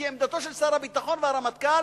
כי עמדתם של שר הביטחון והרמטכ"ל,